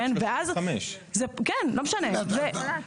ארבע.